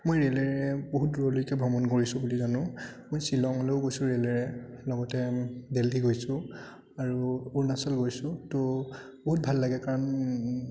মই ৰে'লেৰে বহুত দূৰলৈকে ভ্ৰমণ কৰিছোঁ বুলি জানো মই শ্বিলঙলৈও গৈছোঁ ৰে'লেৰে লগতে দেল্হী গৈছোঁ আৰু অৰুণাচল গৈছোঁ ত' বহুত ভাল লাগে কাৰণ